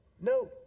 No